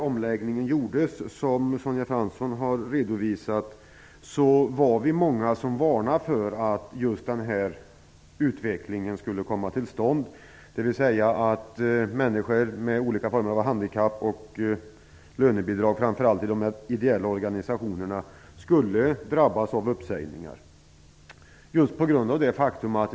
vilket också Sonja Fransson har redovisat - var vi många som varnade för att just denna utveckling skulle komma till stånd, nämligen att människor med olika former av handikapp och med lönebidrag som var anställda framför allt av ideella organisationer skulle drabbas av uppsägningar.